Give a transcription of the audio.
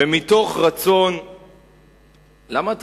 ומתוך רצון, למה?